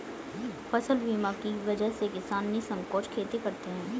फसल बीमा की वजह से किसान निःसंकोच खेती करते हैं